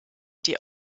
die